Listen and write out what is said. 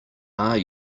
are